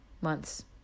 months